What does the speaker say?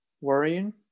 worrying